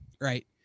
Right